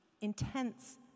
Intense